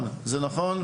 לגמרי.